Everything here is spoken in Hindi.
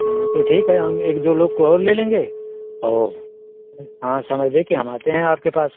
हाँ तो ठीक है हम एक दो लोग को और ले लेंगे औ फिर हाँ समय लेके हम आते हैं आपके पास